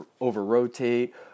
over-rotate